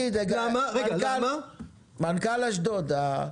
מנכ"ל אשדוד,